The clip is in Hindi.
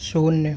शून्य